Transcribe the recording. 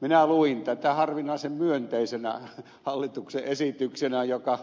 minä luin tätä harvinaisen myönteisenä hallituksen esityksenä joka